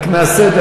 רק הסדר,